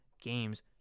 games